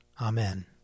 Amen